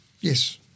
Yes